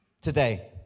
today